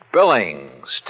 Billings